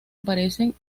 aparecen